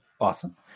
Awesome